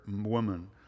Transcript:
woman